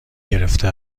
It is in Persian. گرفته